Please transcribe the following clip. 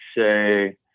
say